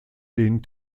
den